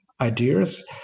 ideas